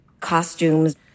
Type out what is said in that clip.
costumes